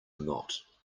not